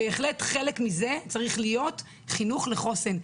בהחלט חלק מזה צריך להיות חינוך לחוסן.